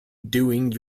doing